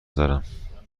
دارم